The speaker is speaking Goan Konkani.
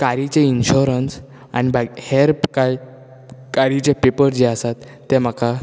कारिचें इन्शोरन्स आनी बाकी हेर काय कारीचे पेपर जे आसात तें म्हाका